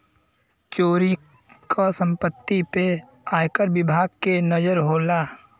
चोरी क सम्पति पे आयकर विभाग के नजर होला